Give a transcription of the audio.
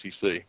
SEC